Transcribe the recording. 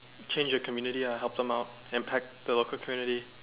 change your community lah help them out and impact the local community